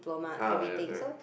ah ya correct